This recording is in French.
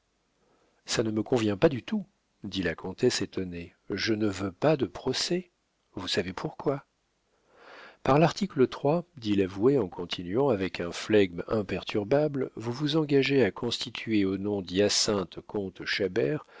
ça ne me convient pas du tout dit la comtesse étonnée je ne veux pas de procès vous savez pourquoi par l'article trois dit l'avoué en continuant avec un flegme imperturbable vous vous engagez à constituer au nom d'hyacinthe comte